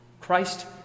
Christ